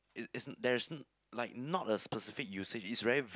is~ isn~ there's like not a specific usage it's very vague